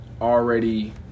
already